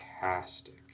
Fantastic